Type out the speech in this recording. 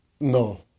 No